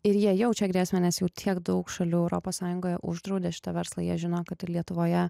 ir jie jaučia grėsmę nes jau tiek daug šalių europos sąjungoje uždraudė šitą verslą jie žino kad ir lietuvoje